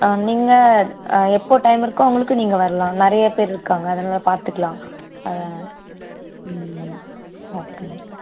ஆ நீங்கள் எப்போது டைம் இருக்கோ அவங்களுக்கு நீங்கள் வரலாம் நிறைய பேர் இருக்காங்க அதனால் பார்த்துக்கலாம் ஆ ம் மேம் ஓகே மேம்